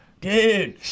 dude